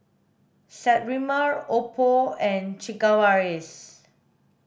Sterimar Oppo and Sigvaris